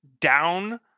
down